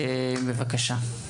בבקשה.